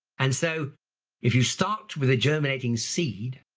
and so if you start with a germinating seed